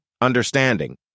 understanding